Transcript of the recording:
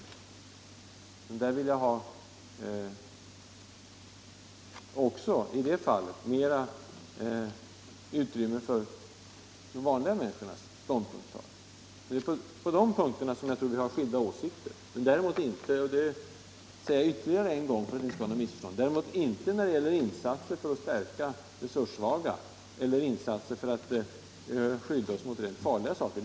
Även i det fallet vill jag ha mera utrymme för de vanliga — Om åtgärder för en människornas ståndpunktstagande. Det är på de punkterna vi har skilda = rikare fritid åsikter, däremot inte — det säger jag ytterligare en gång för att det inte skall föreligga något missförstånd — när det gäller insatser för att stärka resurssvaga eller för att skydda oss mot farliga saker.